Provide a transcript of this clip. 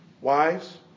Wives